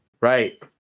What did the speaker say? Right